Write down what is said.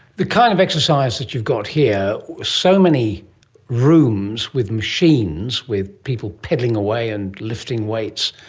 the kind of exercise that you've got here, so many rooms with machines, with people pedalling away and lifting weights,